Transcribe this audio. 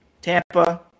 Tampa